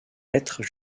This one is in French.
être